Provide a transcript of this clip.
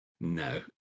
No